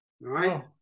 right